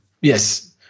Yes